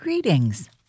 Greetings